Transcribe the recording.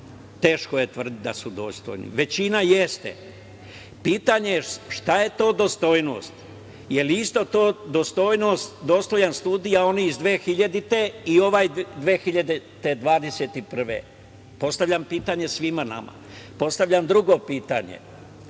Teško je tvrditi da su dostojni, većina jeste. Pitanje je šta je to dostojnost? Jel isto dostojan sudija onaj iz 2000. i ovaj 2021. godine? Postavljam pitanje svima nama. Postavljam drugo pitanje